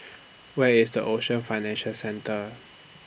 Where IS The Ocean Financial Centre